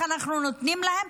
מה אנחנו נותנים להן?